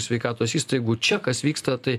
sveikatos įstaigų čia kas vyksta tai